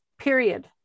period